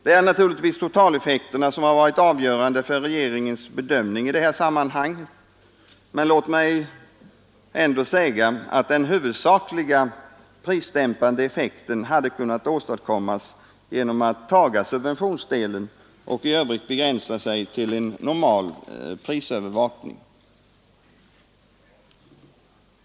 Det är naturligtvis totaleffekterna som har varit avgörande för regeringens bedömning i detta sammanhang, men låt mig ändå säga att den huvudsakliga prisdämpande effekten hade kunnat åstadkommas om man tagit subventionsdelen och i övrigt begränsat sig till normal prisövervakning.